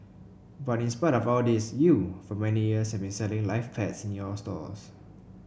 but in spite of all of this you for many years have been selling live pets in your stores